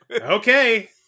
okay